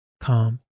calm